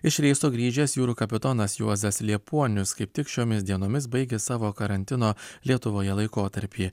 iš reiso grįžęs jūrų kapitonas juozas liepuonius kaip tik šiomis dienomis baigia savo karantino lietuvoje laikotarpį